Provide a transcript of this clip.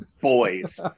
boys